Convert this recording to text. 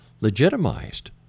legitimized